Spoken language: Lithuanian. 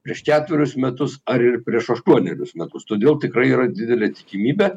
prieš ketverius metus ar ir prieš aštuonerius metus todėl tikrai yra didelė tikimybė